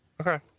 Okay